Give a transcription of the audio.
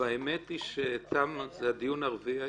האמת היא שזה הדיון הרביעי היום.